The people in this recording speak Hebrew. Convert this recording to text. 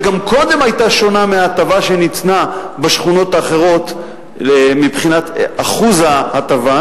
שגם קודם היתה שונה מההטבה שניתנה בשכונות האחרות מבחינת אחוז ההטבה.